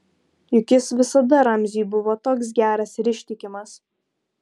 juk jis visada ramziui buvo toks geras ir ištikimas